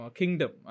kingdom